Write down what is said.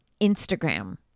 Instagram